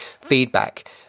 feedback